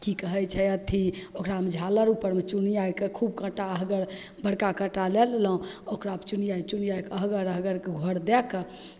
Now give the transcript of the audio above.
कि कहै छै अथी ओकरामे झालरि उपरमे चुनिआके खूब कटैके बड़का काँटा लै लेलहुँ ओकरा चुनिआ चुनिआके अहगर अहगरके घर दैके